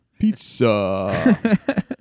Pizza